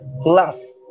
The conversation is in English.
plus